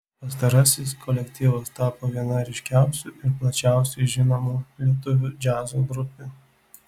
pastarasis kolektyvas tapo viena ryškiausių ir plačiausiai žinomų lietuvių džiazo grupių